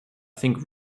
think